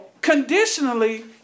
conditionally